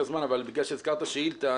אבל בגלל שהזכרת שאילתה,